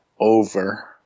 over